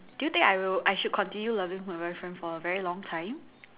do you think I will I should continue loving my boyfriend for a very long time